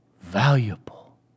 valuable